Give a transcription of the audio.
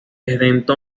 independiente